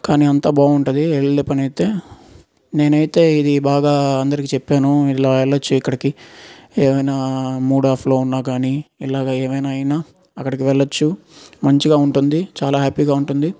కానీ అంత బాగుంటుంది వెళ్లే పనైతే నేనైతే ఇది బాగా అందరికి చెప్పాను ఇలా వెళ్ళవచ్చు ఇక్కడికి ఏమైనా మూడ్ ఆఫ్లో ఉన్నా కానీ ఇలా ఏవైనా అయినా అక్కడికి వెళ్లవచ్చు మంచిగా ఉంటుంది చాలా హ్యాపీగా ఉంటుంది